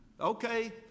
Okay